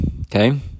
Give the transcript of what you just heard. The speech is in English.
Okay